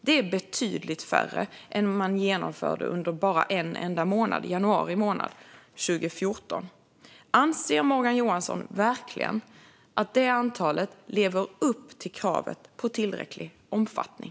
Det är betydligt färre än vad man genomförde under bara en enda månad, januari, 2014. Anser Morgan Johansson verkligen att det antalet lever upp till kravet på "tillräcklig omfattning"?